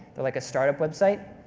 they're like a start-up website,